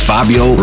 Fabio